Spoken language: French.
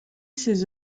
ses